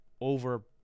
over